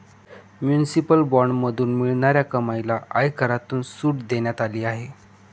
municipal बॉण्ड्समधून मिळणाऱ्या कमाईला आयकरातून सूट देण्यात आली आहे